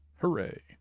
Hooray